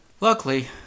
Luckily